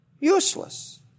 Useless